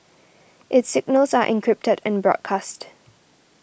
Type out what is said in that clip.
its signals are encrypted and broadcast